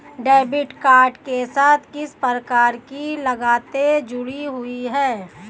Debit card के साथ किस प्रकार की लागतें जुड़ी हुई हैं?